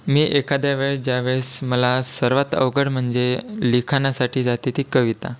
मी एखाद्या वेळेस ज्या वेळेस मला सर्वात अवघड म्हणजे लिखाणासाठी जाते ती कविता